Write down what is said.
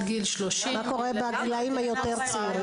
גיל 30. מה קורה בגילאים היותר צעירים?